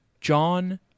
John